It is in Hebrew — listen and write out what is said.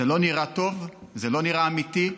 זה לא נראה טוב, זה לא נראה אמיתי,